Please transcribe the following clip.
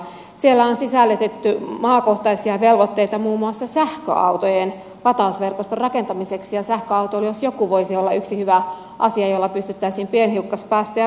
siellä on sisällytetty maakohtaisia velvoitteita muun muassa sähköautojen latausverkoston rakentamiseksi ja sähköautoilu jos joku voisi olla yksi hyvä asia jolla pystyttäisiin pienhiukkaspäästöjä vähentämään